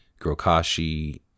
Grokashi